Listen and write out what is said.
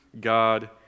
God